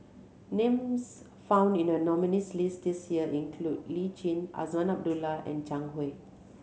names found in the nominees' list this year include Lee Tjin Azman Abdullah and Zhang Hui